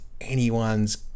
anyone's